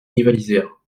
rivalisèrent